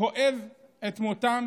כואב את מותם